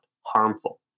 harmful